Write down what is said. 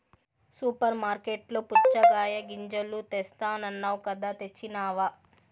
super మార్కట్లలో పుచ్చగాయ గింజలు తెస్తానన్నావ్ కదా తెచ్చినావ